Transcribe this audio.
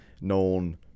known